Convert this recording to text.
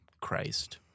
Christ